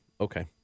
okay